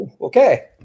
okay